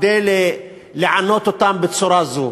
כדי לענות אותם בצורה זו.